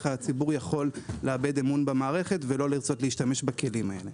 הציבור יכול לאבד אמון במערכת ולא לרצות להשתמש בכלים האלה.